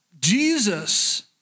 Jesus